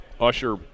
Usher